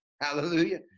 hallelujah